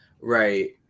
right